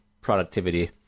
productivity